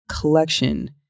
collection